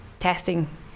testing